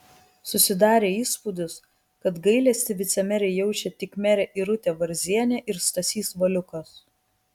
susidarė įspūdis kad gailestį vicemerei jaučia tik merė irutė varzienė ir stasys valiukas